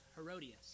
Herodias